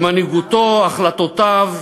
שמנהיגותו, החלטותיו,